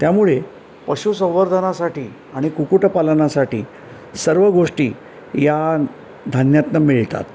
त्यामुळे पशुसंवर्धनासाठी आणि कुक्कुटपालनासाठी सर्व गोष्टी या धान्यातून मिळतात